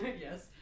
Yes